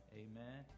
amen